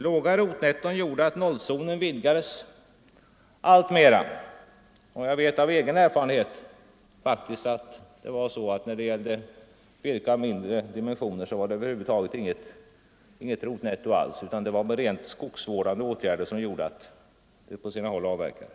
Låga rotnetton gjorde att nollzonen vidgades allt mera. Jag vet faktiskt av egen erfarenhet att när det gällde virke av mindre dimensioner var det över huvud taget inget rotnetto alls; det var i rent skogsvårdande syfte som man på sina håll avverkade.